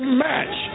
match